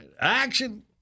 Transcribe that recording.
action